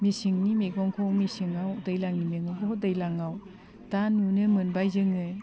मेसेंनि मैगंखौ मेसेङाव दैज्लांनि मैगंखौबो दैज्लाङाव दा नुनो मोनबाय जोङो